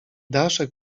daszek